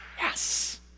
yes